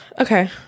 Okay